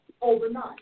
overnight